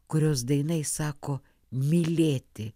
kurios daina įsako mylėti